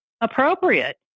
appropriate